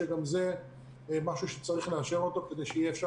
וזה גם משהו שצריך לאשר אותו כדי שאפשר